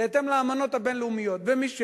בהתאם לאמנות הבין-לאומיות, ומי שלא,